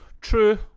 True